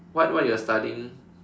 what what you're studying